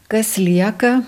kas lieka